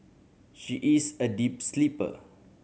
she is a deep sleeper